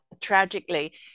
tragically